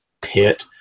pit